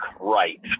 right